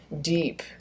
deep